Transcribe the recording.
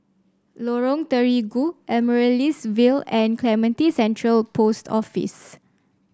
Lorong Terigu Amaryllis Ville and Clementi Central Post Office